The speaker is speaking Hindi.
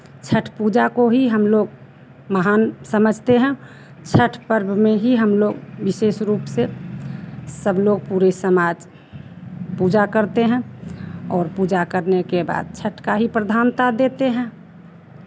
छठ पूजा को ही हम लोग महान समझते हैं छठ पर्व में ही हम लोग विशेष रूप से सब लोग पूरे समाज पूजा करते हैं और पूजा करने के बाद छठ का ही प्रधानता देते हैं